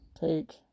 take